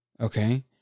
okay